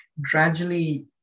gradually